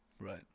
Right